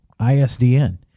ISDN